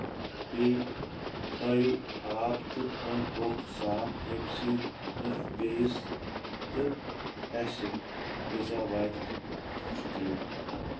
بیٚیہِ تھٲیِو آب تہٕ اوٚنٛد پوٚکھ صاف ییٚمہِ سۭتۍ نہٕ بیٚیِس تہٕ اَسہِ عِذا واتہِ کینٛہہ شُکریہ